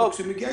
כשמגיעה